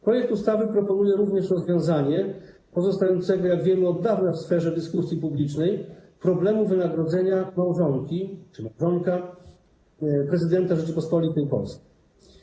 Projekt ustawy proponuje również rozwiązanie pozostającego, jak wiemy, od dawna w sferze dyskusji publicznej problemu wynagrodzenia małżonki czy małżonka prezydenta Rzeczypospolitej Polskiej.